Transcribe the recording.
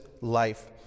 life